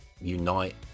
unite